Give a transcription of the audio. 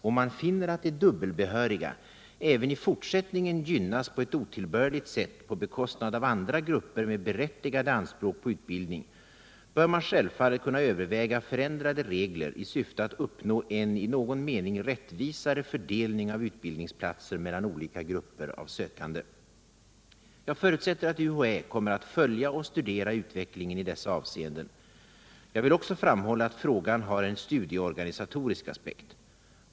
Om man finner att de dubbelbehöriga även i fortsättningen gynnas på ett otillbörligt sätt på bekostnad av andra grupper med berättigade anspråk på utbildning, bör man självfallet kunna överväga förändrade regler i syfte att uppnå en i någon mening rättvisare fördelning av utbildningsplatser mellan olika grupper av sökande. Jag förutsätter att UHÄ kommer att följa och studera utvecklingen i dessa avseenden. Jag vill också framhålla att frågan har en studieorganisatorisk aspekt.